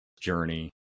journey